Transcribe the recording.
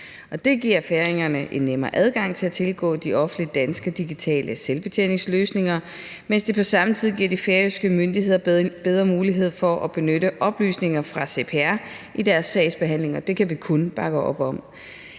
Det giver færingerne en nemmere adgang til at tilgå de offentlige danske digitale selvbetjeningsløsninger, mens det på samme tid giver de færøske myndigheder bedre mulighed for at benytte oplysninger fra CPR i deres sagsbehandling. Det kan vi kun bakke op om.